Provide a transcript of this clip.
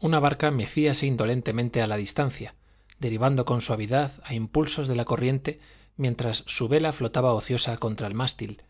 una barca mecíase indolentemente a la distancia derivando con suavidad a impulsos de la corriente mientras su vela flotaba ociosa contra el mástil